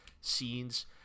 scenes